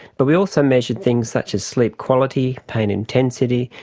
but we also measured things such as sleep quality, pain intensity,